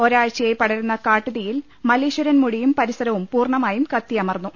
ഒരാഴ്ചയായി പടരുന്ന കാട്ടുതീയിൽ മല്ലീശ്വരൻ മുടിയും പരിസരവും പൂർണ്ണമായും കത്തിയമർന്നു